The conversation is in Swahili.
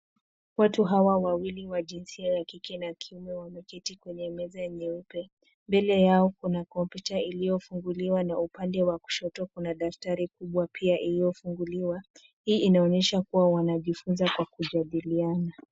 Watu hawa wawili wa jinsia ya kike na kiume wameketi kwenye meza nyeupe. Mbele yao kuna kompyuta iliyofunguliwa na upande wa kushoto kuna daftari kubwa pia iliyofunguliwa. Hii inaonyesha kuwa wanajifunza kwa kujadiliana.